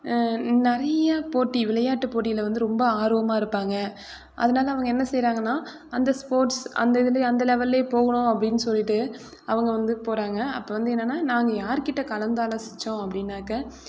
நிறைய போட்டி விளையாட்டு போட்டியில் வந்து ரொம்ப ஆர்வமாக இருப்பாங்க அதனால அவங்க என்ன செய்கிறாங்கன்னா அந்த ஸ்போர்ட்ஸ் அந்த இதில் அந்த லெவெல்லே போகணும் அப்படினு சொல்லிவிட்டு அவங்க வந்து போகிறாங்க அப்போ வந்து என்னான்னால் நாங்கள் யார் கிட்ட கலந்து ஆலோசித்தோம் அப்படின்னாக்க